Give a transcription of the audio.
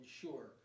sure